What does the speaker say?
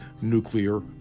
nuclear